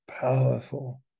powerful